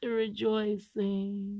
rejoicing